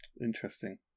Interesting